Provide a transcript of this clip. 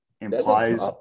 implies